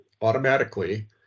automatically